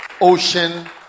ocean